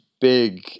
big